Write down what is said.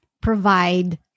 provide